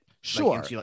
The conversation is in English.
Sure